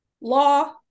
law